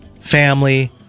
family